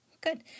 Good